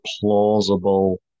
plausible